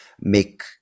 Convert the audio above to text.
make